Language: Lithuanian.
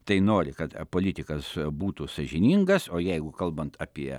tai nori kad politikas būtų sąžiningas o jeigu kalbant apie